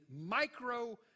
micro